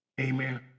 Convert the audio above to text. amen